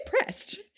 impressed